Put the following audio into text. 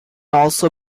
also